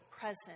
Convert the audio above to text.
present